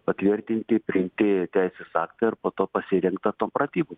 patvirtinti priimti teisės aktai ir po to pasirengta tom pratybom